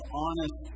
honest